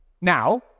Now